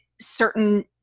certain